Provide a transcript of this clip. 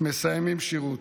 מסיימים שירות.